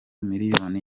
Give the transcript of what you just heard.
miliyoni